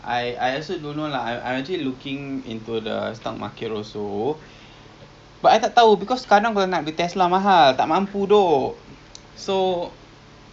they won't grow so much but you can get money through dividend lah so I mean that's my thing lah cause sekarang I don't think I I boleh mampu lah tesla mahal saje